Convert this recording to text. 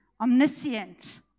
omniscient